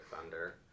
Thunder